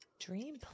Dream